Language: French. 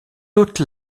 doute